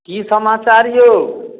की समाचार यौ